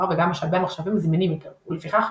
וגם משאבי המחשבים זמינים יותר ולפיכך,